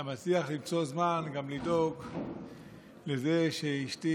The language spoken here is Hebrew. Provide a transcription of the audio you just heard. מצליחים למצוא זמן גם לדאוג לזה שאשתי